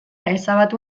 ezabatu